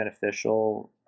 beneficial